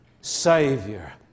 Savior